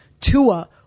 Tua